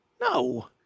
no